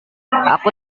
aku